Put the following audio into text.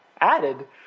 added